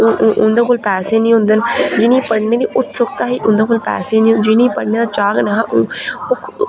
उन्दे कोल पैसे नी होंदे न जिनेंगी पढ़ने दी उत्सुकता ही उन्दे कोल पैसे नी जिनेंगी पढ़ने दा चाऽ के नेहा